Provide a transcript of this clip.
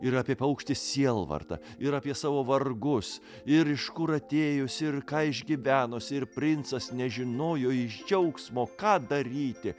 ir apie paukštį sielvartą ir apie savo vargus ir iš kur atėjusi ir ką išgyvenusi ir princas nežinojo iš džiaugsmo ką daryti